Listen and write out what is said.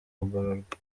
kugororwa